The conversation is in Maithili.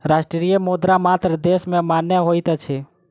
राष्ट्रीय मुद्रा मात्र देश में मान्य होइत अछि